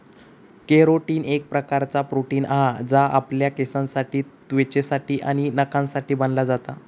carotene एक प्रकारचा protein हा जा आपल्या केसांसाठी त्वचेसाठी आणि नखांसाठी बनला जाता